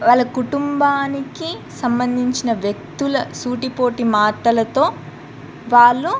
వాళ్ళ కుటుంబానికి సంబంధించిన వ్యక్తుల సూటి పోటి మాటలతో వాళ్ళు